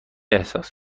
احساس